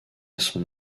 son